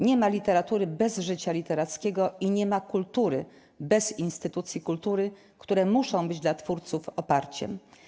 Nie ma literatury bez życia literackiego i nie ma kultury bez instytucji kultury, które muszą być dla twórców oparciem.